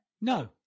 No